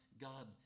God